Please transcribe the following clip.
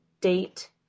date